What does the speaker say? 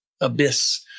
abyss